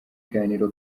biganiro